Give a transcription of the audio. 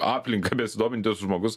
aplinka besidomintis žmogus